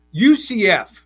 UCF